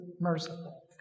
merciful